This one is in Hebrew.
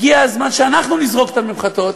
הגיע הזמן שאנחנו נזרוק את הממחטות,